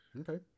Okay